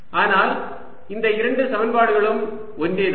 ஆனால் இந்த இரண்டு சமன்பாடுகளும் ஒன்றே தான்